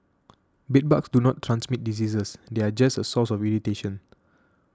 bedbugs do not transmit diseases they are just a source of irritation